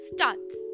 starts